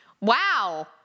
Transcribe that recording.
Wow